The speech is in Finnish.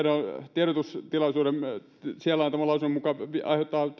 tiedotustilaisuudessa antaman lausunnon mukaan aiheuttaa